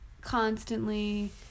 constantly